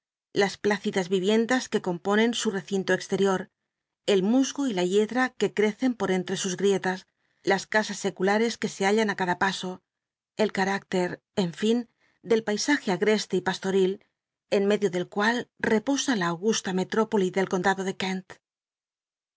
las phitidas iyicndas que componen su recinto exterior el musgo y la yedra que cteccn por cntrc sus rielas las casas secula tcs que se hallan cada paso el canicter en fin del pai aje agr'cstc y pastoril en medio del cual reposa la augusta metrópoli del condado de kent